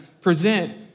present